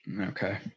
Okay